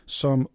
som